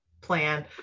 plan